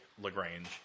LaGrange